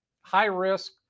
high-risk